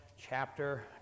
chapter